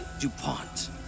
DuPont